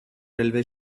railway